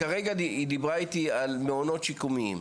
זה רלוונטי למעונות הרגילים.